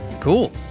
Cool